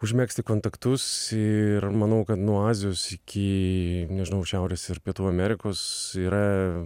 užmegzti kontaktus ir manau kad nuo azijos iki nežinau šiaurės ir pietų amerikos yra